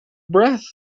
breath